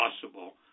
possible